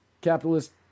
capitalist